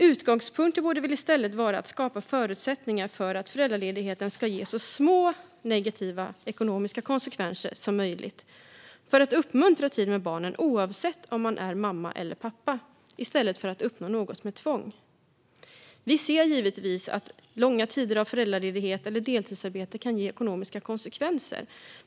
Utgångspunkten borde väl i stället vara att skapa förutsättningar för att föräldraledigheten ska ge så små negativa ekonomiska konsekvenser som möjligt för att uppmuntra tid med barnen oavsett om man är mamma eller pappa i stället för att uppnå något med tvång. Vi ser givetvis att långa tider med föräldraledigt eller deltidsarbete kan ge ekonomiska konsekvenser.